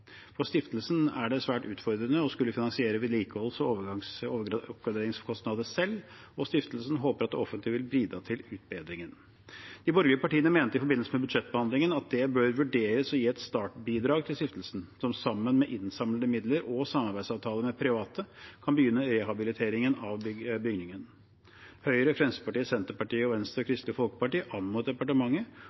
For stiftelsen er det svært utfordrende å skulle finansiere vedlikeholds- og oppgraderingskostnader selv, og stiftelsen håper at det offentlige vil bidra til utbedringen. De borgerlige partiene mente i forbindelse med budsjettbehandlingen at det bør vurderes å gi et startbidrag til stiftelsen, som sammen med innsamlede midler og samarbeidsavtale med private kan begynne rehabiliteringen av bygningen. Høyre, Fremskrittspartiet, Senterpartiet, Venstre og Kristelig Folkeparti anmodet departementet